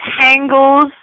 tangles